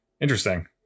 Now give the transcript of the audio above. Interesting